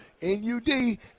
N-U-D